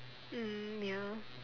mm ya